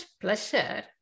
pleasure